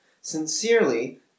Sincerely